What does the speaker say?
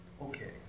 Okay